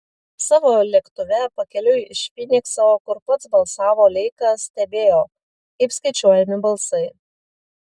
savo lėktuve pakeliui iš fynikso kur pats balsavo leikas stebėjo kaip skaičiuojami balsai